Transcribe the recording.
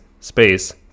space